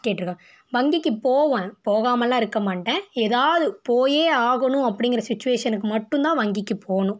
கேட்டிருக்கா வங்கிக்கு போவேன் போகாமெலாம் இருக்க மாட்டேன் ஏதாவது போயே ஆகணும் அப்படிங்கிற சிட்சுவேஷனுக்கு மட்டும் தான் வங்கிக்கு போகணும்